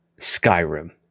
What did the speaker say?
skyrim